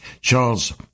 Charles